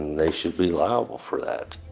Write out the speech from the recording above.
they should be liable for that